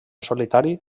solitari